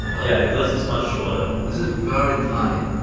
yeah, the gliss is much shorter. this is very tiny.